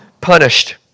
punished